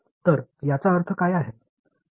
तर याचा अर्थ काय आहे